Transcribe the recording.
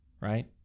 right